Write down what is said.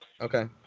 Okay